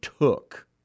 took